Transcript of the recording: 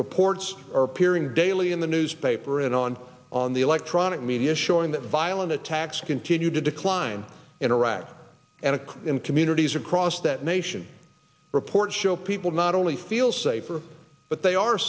reports are appearing daily in the newspaper and on on the electronic media showing that violent attacks continue to decline in iraq and occur in communities across that nation reports show people not only feel safer but they are